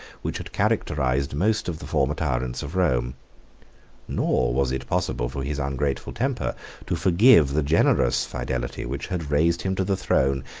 which had characterized most of the former tyrants of rome nor was it possible for his ungrateful temper to forgive the generous fidelity which had raised him to the throne,